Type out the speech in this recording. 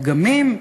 פגמים?